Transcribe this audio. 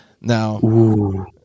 Now